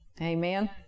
Amen